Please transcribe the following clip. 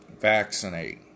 vaccinate